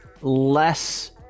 less